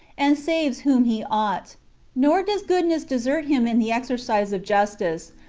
and saves whom he ought nor does goodness desert him in the exer cise of justice,